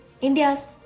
India's